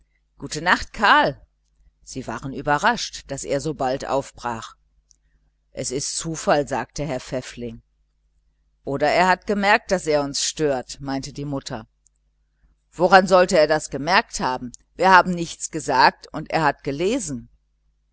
gute nacht karl sie waren überrascht daß er so bald aufbrach es ist zufall sagte herr pfäffling oder hat er gemerkt daß er uns stört meinte die mutter woran sollte er das gemerkt haben wir haben nichts gesagt und er hat gelesen